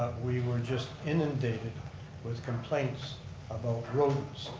we were just inundated with complaints about rodents.